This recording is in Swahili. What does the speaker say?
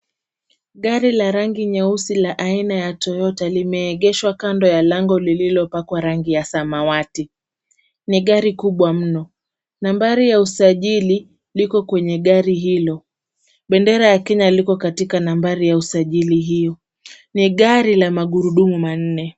Gari la rangi ya nyeusi la aina ya Toyota limegeshwa kando ya lango lililopakwa rangi ya samawati. Ni gari kubwa mno. Nambari ya usajili liko kwenye gari hilo. Bendera ya Kenya liko katika nambari ya usajili hiyo. Ni gari la magurudumu manne.